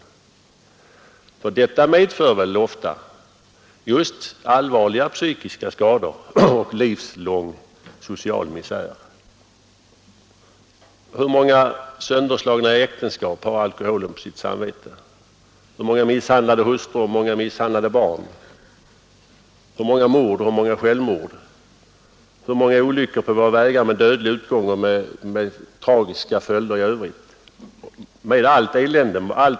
Alkoholmissbruket medför ofta just allvarliga psykiska skador och livslång social misär. Hur många sönderslagna äktenskap, hur många misshandlade hustrur, hur många misshandlade barn, hur många mord, hur mångs självmord, hur många olyckor på våra vägar med dödlig utgång och med tragiska följder i övrigt har alkoholen på sitt samvete?